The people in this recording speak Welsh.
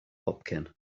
hopcyn